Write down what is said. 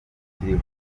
akiriho